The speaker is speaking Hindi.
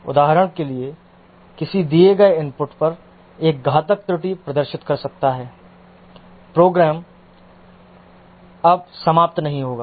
उदाहरण के लिए किसी दिए गए इनपुट पर यह घातक त्रुटि प्रदर्शित कर सकता है प्रोग्राम अब समाप्त नहीं होगा